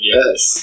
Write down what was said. Yes